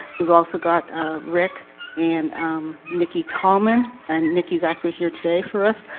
we've also got rick and nicky tallman and nicky is actually here today for us.